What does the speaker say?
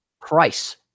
Price